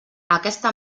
aquesta